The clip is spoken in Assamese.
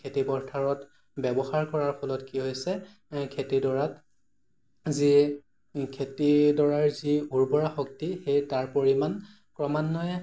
খেতিপথাৰত ব্যৱহাৰ কৰাৰ ফলত কি হৈছে খেতিডৰাত যি খেতিডৰাৰ যি উৰ্বৰা শক্তি সেই তাৰ পৰিমান ক্ৰমান্বয়ে